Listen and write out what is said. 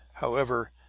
however,